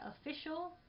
official